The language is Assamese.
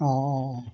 অঁ অঁ অঁ